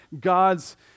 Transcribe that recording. God's